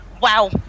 Wow